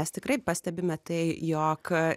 mes tikrai pastebime tai jog